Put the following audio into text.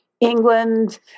England